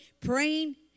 praying